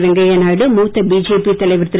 வெங்கையா நாயுடு மூத்த பிஜேபி தலைவர் திரு